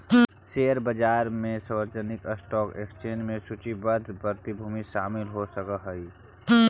share बाजार में सार्वजनिक स्टॉक एक्सचेंज में सूचीबद्ध प्रतिभूति शामिल हो सकऽ हइ